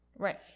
Right